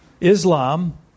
Islam